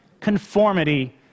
conformity